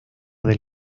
del